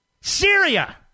Syria